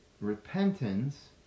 repentance